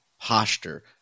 posture